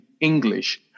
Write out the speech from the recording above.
English